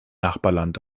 nachbarland